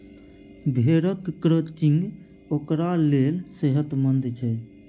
भेड़क क्रचिंग ओकरा लेल सेहतमंद छै